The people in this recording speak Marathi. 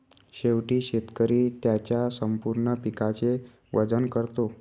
शेवटी शेतकरी त्याच्या संपूर्ण पिकाचे वजन करतो